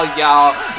y'all